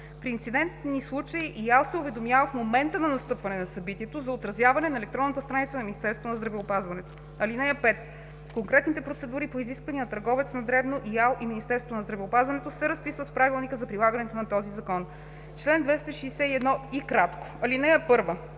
При инцидентни случаи ИАЛ се уведомява в момента на настъпване на събитието за отразяването на електронната страница на Министерството на здравеопазването. (5) Конкретните процедури по изискванията на търговеца на дребно, ИАЛ и Министерството на здравеопазването се разписват в Правилника за прилагането на този закон. Чл. 261й. (1)